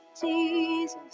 Jesus